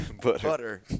butter